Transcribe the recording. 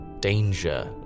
danger